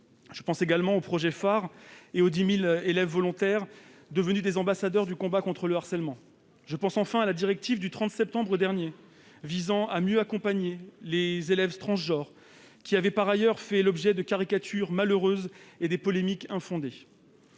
le harcèlement à l'école et les 10 000 élèves volontaires devenus des ambassadeurs du combat contre le harcèlement. J'en veux enfin pour preuve la directive du 30 septembre dernier visant à mieux accompagner les élèves transgenres, qui a, par ailleurs, fait l'objet de caricatures malheureuses et de polémiques infondées.